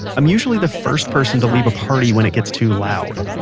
i'm usually the first person to leave a party when it gets too loud.